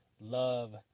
Love